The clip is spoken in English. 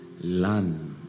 Learn